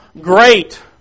great